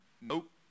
Nope